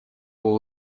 will